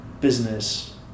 business